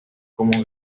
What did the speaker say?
como